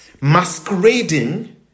Masquerading